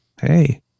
hey